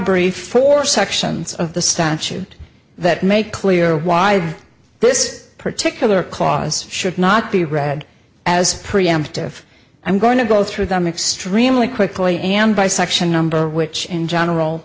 brief four sections of the statute that make clear why this particular clause should not be read as preemptive i'm going to go through them extremely quickly and by section number which in general